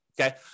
okay